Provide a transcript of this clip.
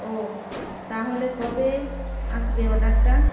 ও তাহলে কবে আসব অর্ডারটা